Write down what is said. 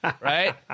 right